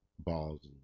balls